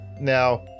Now